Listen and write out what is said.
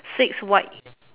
six white